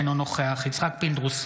אינו נוכח יצחק פינדרוס,